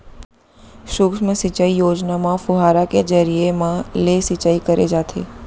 सुक्ष्म सिंचई योजना म फुहारा के जरिए म ले सिंचई करे जाथे